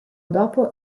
dopo